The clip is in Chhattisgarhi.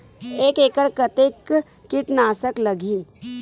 एक एकड़ कतेक किट नाशक लगही?